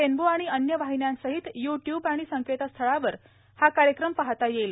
rainbow आणि अन्य वाहिन्यांसहित य्ट्यूब आणि संकेतस्थळावर हा कार्यक्रम पाहता येणार आहे